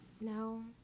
No